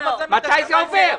מתי הכסף עובר?